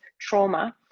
trauma